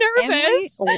nervous